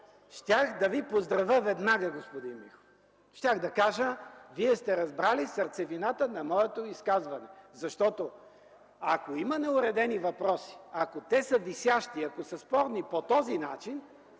Щях да Ви поздравя веднага, господин Миков. Щях да кажа: Вие сте разбрали сърцевината на моето изказване. Защото, ако има неуредени въпроси, ако те са висящи, ако са спорни, по този начин